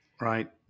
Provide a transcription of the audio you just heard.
right